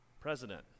president